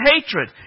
hatred